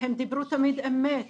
הם דיברו תמיד אמת.